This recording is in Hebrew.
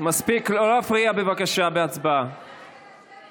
נגד אופיר כץ, בעד חיים כץ,